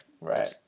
right